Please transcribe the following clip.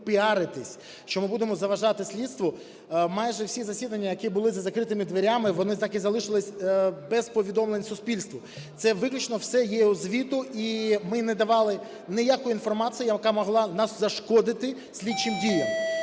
що ми будемо заважати слідству, майже всі засідання, які були за закритими дверми, вони так і залишись без повідомлень суспільству. Це виключно все є у звіті, і ми не давали ніякої інформації, яка могла зашкодити слідчим діям.